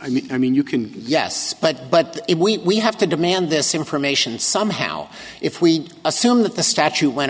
i mean you can yes but but if we have to demand this information somehow if we assume that the statute went